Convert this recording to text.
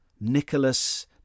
Nicholas